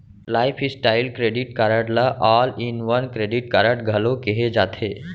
lifestyle credit card ल all in one credit card घलो केहे जाथे